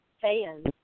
fans